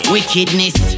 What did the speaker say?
Wickedness